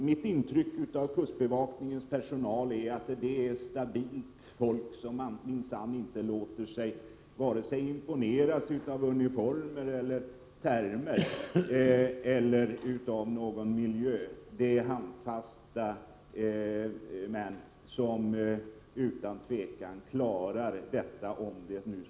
Mitt intryck av kustbevakningens personal är att det är fråga om stabilt folk, som minsann inte låter sig imponeras vare sig av uniformer, termer eller någon särskild miljö. Det är handfasta män, som utan tvivel klarar denna påverkan.